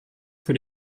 für